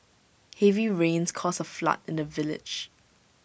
heavy rains caused A flood in the village